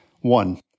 One